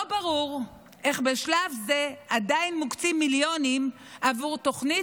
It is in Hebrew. לא ברור איך בשלב זה עדיין מוקצים מיליונים עבור תוכנית